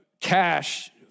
cash